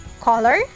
Color